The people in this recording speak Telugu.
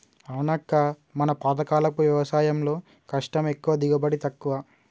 అవునక్క మన పాతకాలపు వ్యవసాయంలో కష్టం ఎక్కువ దిగుబడి తక్కువ